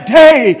day